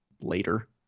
later